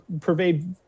pervade